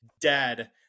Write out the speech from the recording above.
dead